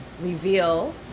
reveal